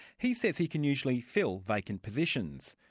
he says he can usually fill vacant positions.